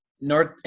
North